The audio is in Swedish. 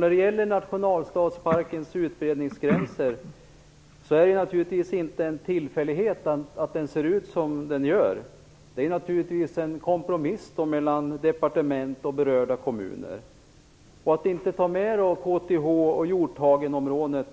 När det gäller nationalstadsparkens utbredningsgräns är det ingen tillfällighet att den ser ut som den gör. Det är naturligtvis fråga om en kompromiss mellan departement och berörda kommuner. Att man inte har tagit med KTH-området och Hjorthagen,